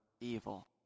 evil